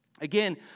Again